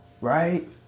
right